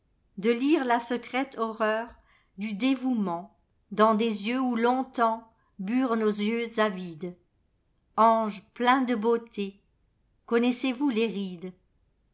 de lire la secrète horreur du dévoûment dans des yeux où longtemps burent nos yeux avides ange plein de beauté connaissez-vous les rides